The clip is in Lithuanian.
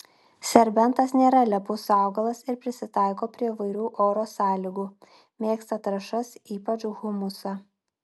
serbentas nėra lepus augalas ir prisitaiko prie įvairių oro sąlygų mėgsta trąšas ypač humusą